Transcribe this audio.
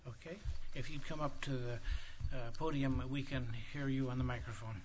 ok if you come up to the podium and we can hear you on the microphone